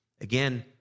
Again